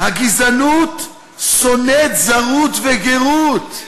"הגזענות שונאת זרות וגרות".